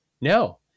no